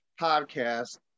podcast